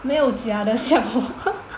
没有假的像我